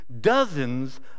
dozens